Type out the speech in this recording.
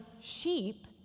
sheep